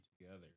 together